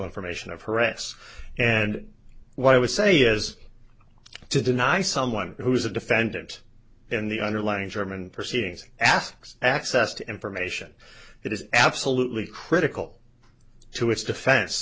information of her arrests and what i would say is to deny someone who is a defendant in the underlying german proceedings asks access to information that is absolutely critical to its defense